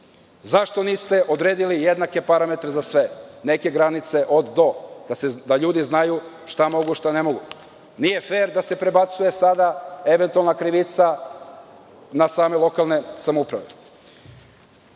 Zašto niste odredili jednake parametre za sve? Neke granice od-do, da ljudi znaju šta mogu a šta ne mogu. Nije fer da se prebacuje sada eventualna krivica na same lokalne samouprave.Za